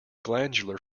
glandular